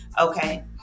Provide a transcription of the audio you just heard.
okay